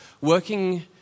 working